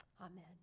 Amen